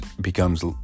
becomes